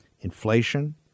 Inflation